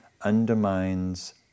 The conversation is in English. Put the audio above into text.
undermines